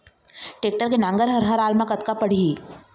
Tractor के नांगर हर हाल मा कतका पड़िही?